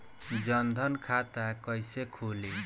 जनधन खाता कइसे खुली?